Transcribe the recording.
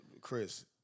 Chris